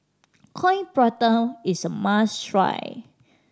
Coin Prata is a must try